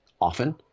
often